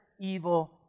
evil